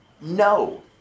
no